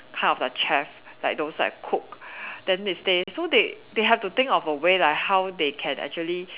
kind of the chef like those that cook then they say so they they have to think of a way like how they can actually